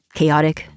Chaotic